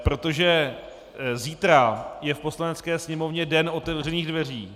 Protože zítra je v Poslanecké sněmovně den otevřených dveří.